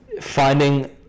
finding